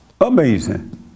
Amazing